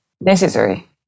necessary